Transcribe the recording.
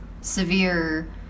severe